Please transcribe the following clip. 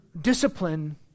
discipline